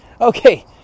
Okay